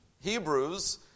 Hebrews